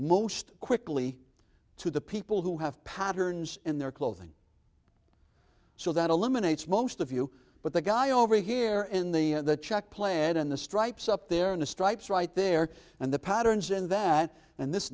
most quickly to the people who have patterns in their clothing so that eliminates most of you but the guy over here in the czech plaid and the stripes up there in the stripes right there and the patterns in that and this